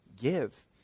give